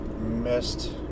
missed